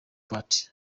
part